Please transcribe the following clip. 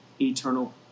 eternal